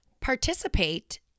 participate